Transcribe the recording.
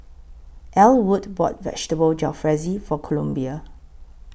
Ellwood bought Vegetable Jalfrezi For Columbia